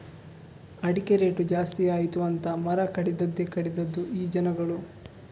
ಅಡಿಕೆ ರೇಟು ಜಾಸ್ತಿ ಆಯಿತು ಅಂತ ಮರ ಕಡಿದದ್ದೇ ಕಡಿದದ್ದು ಈ ಜನಗಳು